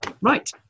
Right